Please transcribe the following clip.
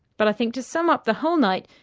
but i think to sum up the whole night,